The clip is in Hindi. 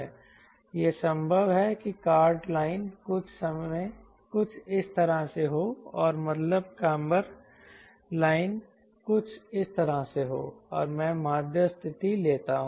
यह संभव है कि कॉर्ड लाइन कुछ इस तरह से हो और मतलब काम्बर लाइन कुछ इस तरह से हो और मैं माध्य स्थिति लेता हूं